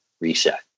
reset